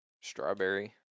Strawberry